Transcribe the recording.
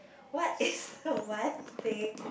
what is the one thing